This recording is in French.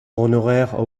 honoraire